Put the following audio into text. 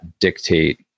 dictate